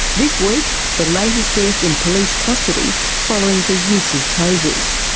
this week the latest death in police custody following the use of tasers.